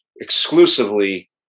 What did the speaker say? exclusively